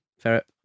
Ferret